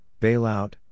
bailout